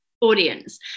audience